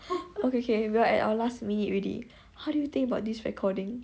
okay K we're at our last minute already how do you think about this recording